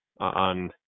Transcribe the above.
on